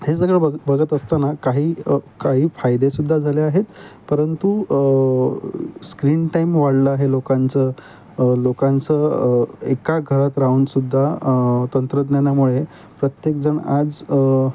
हे सगळं बघ बघत असताना काही काही फायदेसुद्धा झाले आहेत परंतु स्क्रीन टाईम वाढलं आहे लोकांचं लोकांचं एका घरात राहूनसुद्दा तंत्रज्ञानामुळे प्रत्येकजण आज